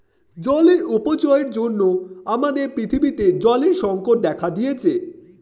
জলের অপচয়ের জন্য আমাদের পৃথিবীতে জলের সংকট দেখা দিয়েছে